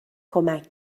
کمک